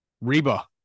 Reba